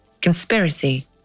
conspiracy